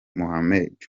mohamed